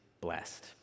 blessed